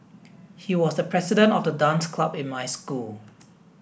he was the president of the dance club in my school